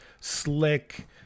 slick